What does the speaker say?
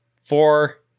four